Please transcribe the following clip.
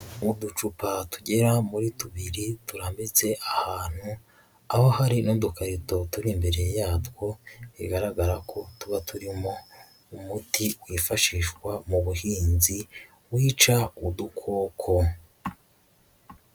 Uducupa tugera muri tubiri turambitse ahantu, aho hari n'udukarito turi imbere yatwo bigaragara ko tuba turimo umuti wifashishwa mu buhinzi wica udukoko.